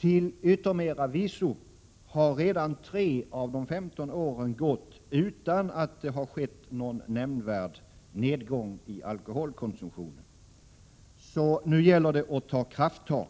Till yttermera visso har redan tre av de femton åren gått utan att det har skett någon nämndvärd nedgång i alkoholkonsumtionen. Så nu gäller det att ta krafttag.